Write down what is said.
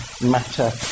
matter